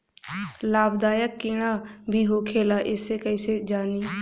लाभदायक कीड़ा भी होखेला इसे कईसे जानी?